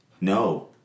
No